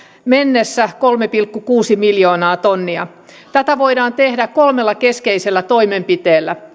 mennessä kolme pilkku kuusi miljoonaa tonnia tätä voidaan tehdä kolmella keskeisellä toimenpiteellä